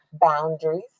boundaries